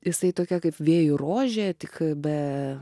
jisai tokia kaip vėjų rožė tik be